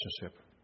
relationship